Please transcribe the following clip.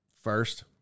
first